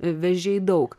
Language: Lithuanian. vežei daug